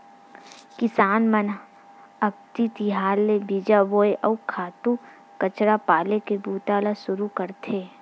किसान मन ह अक्ति तिहार ले बीजा बोए, अउ खातू कचरा पाले के बूता ल सुरू करथे